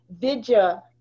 Vidya